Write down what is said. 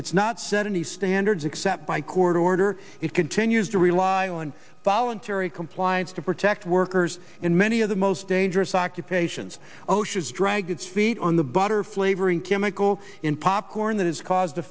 it's not set any standards except by court order it continues to rely on voluntary compliance protect workers in many of the most dangerous occupations osha's drag its feet on the butter flavoring chemical in popcorn that has caused a